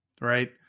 right